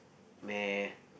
meh